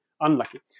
unlucky